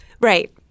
Right